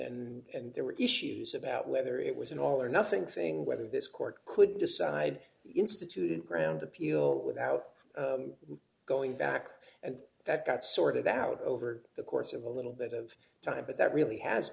confusion and there were issues about whether it was an all or nothing saying whether this court could decide instituted ground appeal without going back and that got sorted out over the course of a little bit of time but that really has